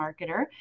Marketer